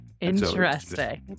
Interesting